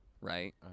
right